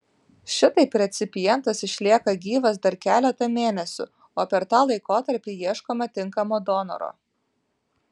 šitaip recipientas išlieka gyvas dar keletą mėnesių o per tą laikotarpį ieškoma tinkamo donoro